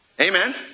Amen